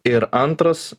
ir antras